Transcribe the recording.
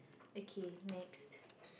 okay next